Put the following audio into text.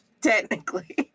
technically